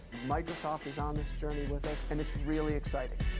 microsoft is on its journey with us and it's really exciting.